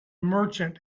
merchant